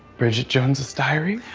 bridget jones's diary.